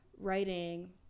writing